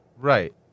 Right